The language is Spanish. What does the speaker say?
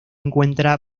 encuentra